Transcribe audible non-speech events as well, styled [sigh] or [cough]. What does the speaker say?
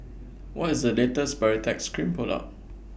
[noise] What IS The latest Baritex Cream Product